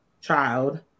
child